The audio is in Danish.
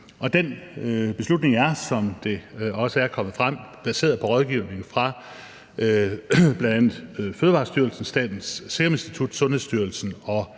Den beslutning er, som det også er kommet frem, baseret på rådgivning fra bl.a. Fødevarestyrelsen, Statens Serum Institut, Sundhedsstyrelsen og